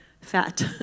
fat